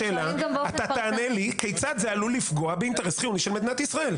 אתה תענה לי כיצד זה עלול לפגוע באינטרס חיוני של מדינת ישראל.